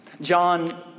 John